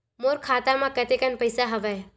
मोर खाता म कतेकन पईसा हवय?